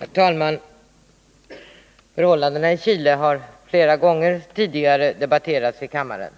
Herr talman! Förhållandena i Chile har flera gånger tidigare debatterats i kammaren,